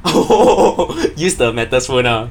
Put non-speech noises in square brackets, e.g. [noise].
oh [laughs] use the metal spoon ah